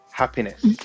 Happiness